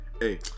Hey